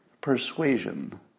persuasion